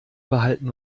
behalten